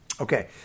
okay